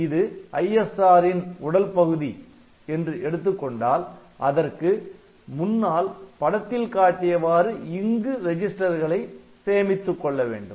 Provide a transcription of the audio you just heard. இது ISRன் உடல் பகுதி என்று எடுத்துக்கொண்டால் அதற்கு முன்னால் படத்தில் காட்டியவாறு இங்கு ரெஜிஸ்டர்களை சேமித்துக் கொள்ள வேண்டும்